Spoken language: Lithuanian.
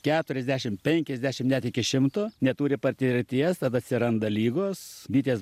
keturiasdešim penkiasdešim net iki šimto neturi patirties tada atsiranda ligos bitės